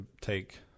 take